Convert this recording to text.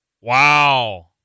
Wow